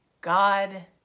God